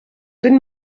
bin